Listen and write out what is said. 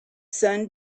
sun